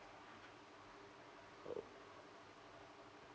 oh